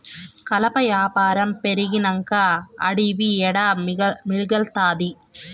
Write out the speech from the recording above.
కలప యాపారం పెరిగినంక అడివి ఏడ మిగల్తాది